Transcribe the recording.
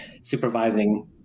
supervising